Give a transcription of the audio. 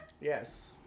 Yes